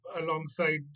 alongside